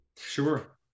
Sure